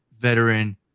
veteran